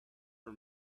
for